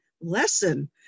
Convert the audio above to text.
lesson